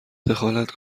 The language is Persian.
دخالت